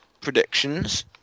predictions